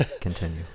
Continue